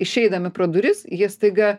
išeidami pro duris jie staiga